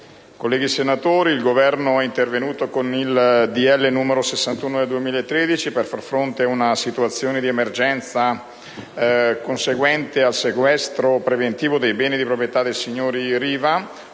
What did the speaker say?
colleghi senatori, il Governo è intervenuto con il decreto‑legge n. 61 del 2013 per far fronte ad una situazione di emergenza conseguente al sequestro preventivo dei beni di proprietà dei signori Riva;